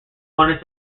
wanted